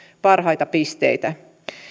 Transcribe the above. parhaita pisteitä